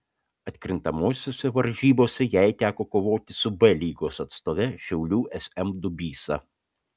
atkrintamosiose varžybose jai teko kovoti su b lygos atstove šiaulių sm dubysa